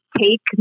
take